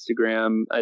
Instagram